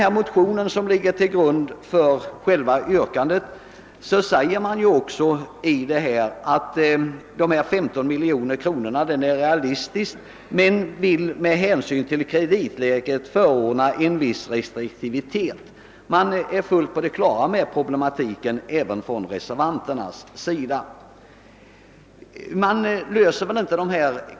I den motion som ligger till grund för yrkandet i reservationen sägs, att en ökning med 15 miljoner kronor i och för sig är realistisk men att man med hänsyn till kreditläget vill förorda en viss restriktivitet. även reser vanterna är alltså fullt på det klara med problematiken.